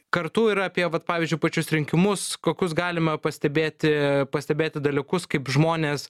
kartu yra apie vat pavyzdžiui pačius rinkimus kokius galima pastebėti pastebėti dalykus kaip žmonės